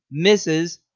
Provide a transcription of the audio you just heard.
Mrs